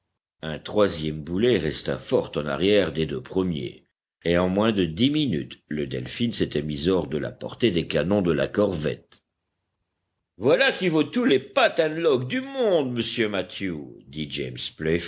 un troisième boulet resta fort en arrière des deux premiers et en moins de dix minutes le delphin s'était mis hors de la portée des canons de la corvette oilà qui vaut tous les patent logs du monde monsieur mathew dit james